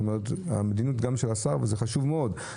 כלומר זו גם המדיניות של השר, וזה חשוב מאוד.